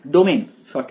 domain সঠিক